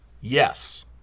Yes